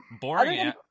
boring